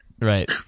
Right